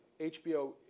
HBO